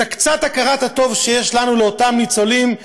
את קצת הכרת הטוב שיש לנו לאותם ניצולים,